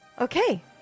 okay